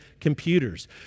computers